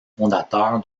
fondateurs